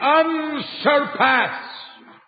unsurpassed